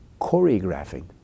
choreographing